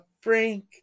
Frank